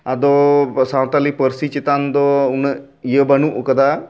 ᱟᱫᱚ ᱥᱟᱶᱛᱟᱞᱤ ᱯᱟᱹᱨᱥᱤ ᱪᱮᱛᱟᱱ ᱫᱚ ᱩᱱᱟᱹᱜ ᱤᱭᱟᱹ ᱵᱟᱹᱱᱩᱜ ᱟᱠᱟᱫᱟ